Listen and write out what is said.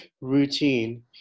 routine